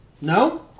No